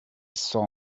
saw